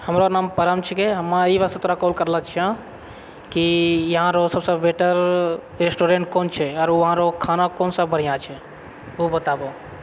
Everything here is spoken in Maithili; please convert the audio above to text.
हमरा नाम परम छिकै हम एहि वास्ते तोरा कॉल करलो छिअऽ कि यहाँ सबसँ बेटर रेस्टुरेंट कोन छै आरो वहांँ खाना कोन सा बढ़िआँ छै ओ बताबु